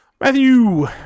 Matthew